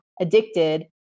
addicted